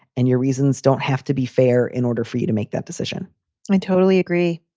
and your reasons don't have to be fair in order for you to make that decision i totally agree.